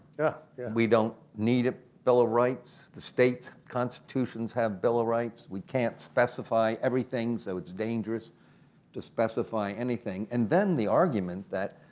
yeah yeah we don't need a bill of rights. the state constitutions have bill of ah rights. we can't specify everything so it's dangerous to specify anything. and then the argument that